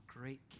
great